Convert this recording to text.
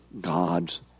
God's